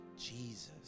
Jesus